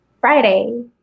Friday